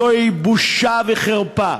זוהי בושה וחרפה.